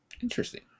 Interesting